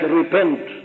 repent